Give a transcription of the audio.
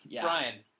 Brian